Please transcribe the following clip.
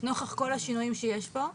נוכח כל השינויים שיש פה.